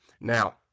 Now